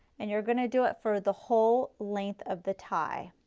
and you are going to do it for the whole length of the tie.